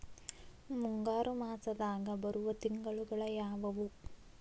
ಮುಂಗಾರು ಮಾಸದಾಗ ಬರುವ ತಿಂಗಳುಗಳ ಯಾವವು?